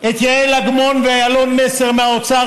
את יעל אגמון ואלון מסר מהאוצר,